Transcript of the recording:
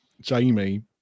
Jamie